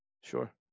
Sure